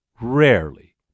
rarely